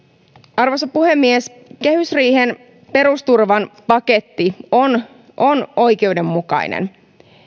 arvoisa puhemies kehysriihen perusturvan paketti on on oikeudenmukainen